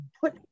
put